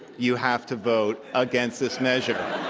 you have to vote against this measure.